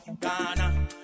Ghana